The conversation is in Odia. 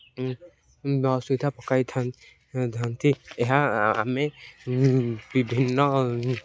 ଅସୁବିଧା ପକାଇଥାନ୍ତି ଏହା ଆମେ ବିଭିନ୍ନ